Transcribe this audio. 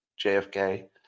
JFK